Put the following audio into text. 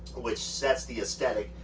which sets the aesthetic.